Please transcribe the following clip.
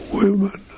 women